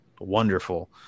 Wonderful